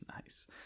nice